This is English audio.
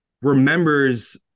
remembers